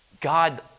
God